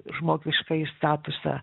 žmogiškąjį statusą